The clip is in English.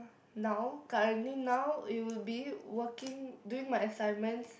now currently now it will be working doing my assignments